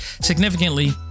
significantly